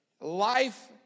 life